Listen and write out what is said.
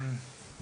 ואם הם יהיו